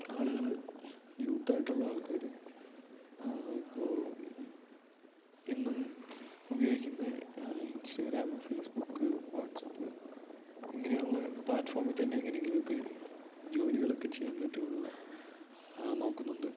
ആളുകൾ യൂത്തായിട്ടുള്ള ആൾക്കാർ ഇപ്പോൾ എന്നും ഉപയോഗിക്കുന്ന ഇൻസ്റ്റാഗ്രാമ് ഫേസ്ബുക്ക് വാട്സപ്പ് ഇങ്ങനെയുള്ള പ്ലാറ്റ്ഫോമിൽ തന്നെ എങ്ങനെയെങ്കിലുമൊക്കെ ജോലികളൊക്കെ ചെയ്യാൻ പറ്റുമോയെന്ന് നോക്കുന്നുണ്ട്